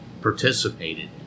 participated